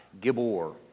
Gibor